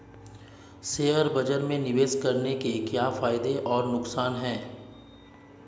Share बाज़ार में निवेश करने के क्या फायदे और नुकसान हैं?